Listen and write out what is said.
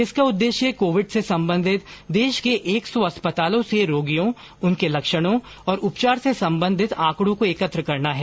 इसका उद्देश्य कोविड से संबंधित देश के एक सौ अस्पतालों से रोगियों उनके लक्षणों और उपचार से संबंधित आंकड़ों को एकत्र करना है